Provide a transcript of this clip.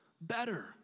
better